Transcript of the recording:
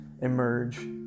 emerge